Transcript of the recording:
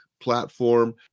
platform